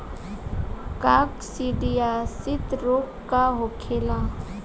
काकसिडियासित रोग का होखेला?